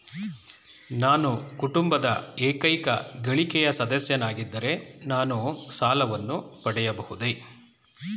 ನಾನು ಕುಟುಂಬದ ಏಕೈಕ ಗಳಿಕೆಯ ಸದಸ್ಯನಾಗಿದ್ದರೆ ನಾನು ಸಾಲವನ್ನು ಪಡೆಯಬಹುದೇ?